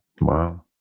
Wow